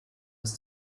des